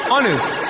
Honest